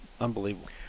unbelievable